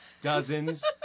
dozens